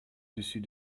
dessus